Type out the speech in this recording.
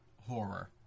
horror